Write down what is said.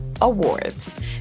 awards